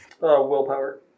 Willpower